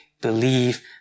believe